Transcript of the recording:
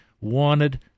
wanted